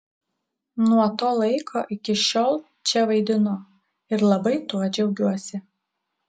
nuo to laiko iki šiol čia vaidinu ir labai tuo džiaugiuosi